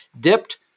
dipped